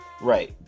right